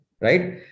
right